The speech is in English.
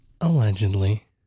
Allegedly